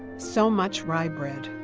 so much rye bread.